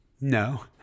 No